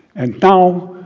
and now,